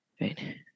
Right